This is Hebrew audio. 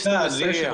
נושא תפילה לשמיים,